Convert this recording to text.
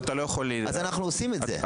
אז אנחנו עושים את זה.